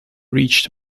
reached